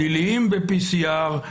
שליליים ב-PCR,